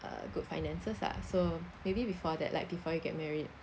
uh good finances lah so maybe before that like before you get married